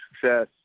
success